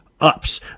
ups